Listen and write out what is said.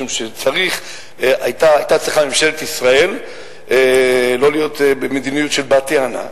משום שהיתה צריכה ממשלת ישראל לא להיות במדיניות של בת-יענה,